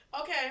Okay